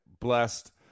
blessed